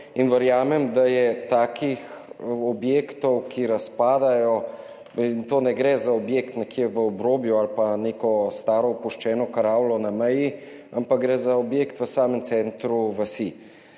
in verjamem, da je [več] takih objektov, ki razpadajo. Tu ne gre za objekt nekje v obrobju ali pa neko staro opuščeno karavlo na meji, ampak gre za objekt v samem centru vasi.